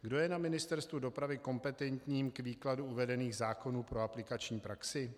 Kdo je na Ministerstvu dopravy kompetentním k výkladu uvedených zákonů pro aplikační praxi?